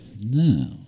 No